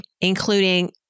including